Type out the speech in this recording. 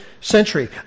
century